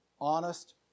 honest